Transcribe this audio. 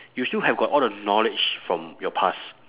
you still have got all the knowledge from your past